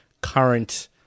current